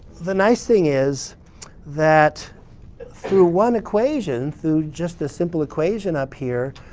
the nice thing is that through one equation, through just this simple equation up here,